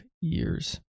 years